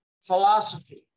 philosophy